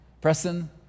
Preston